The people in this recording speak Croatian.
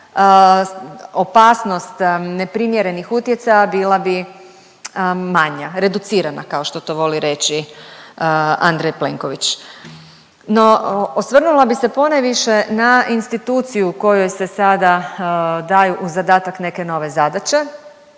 opasnost neprimjerenih utjecaja bila bi manja, reducirana, kao što to voli reći Andrej Plenković. No osvrnula bi se ponajviše na instituciju kojoj se sada daju u zadatak neke nove zadaće